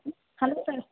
hello sir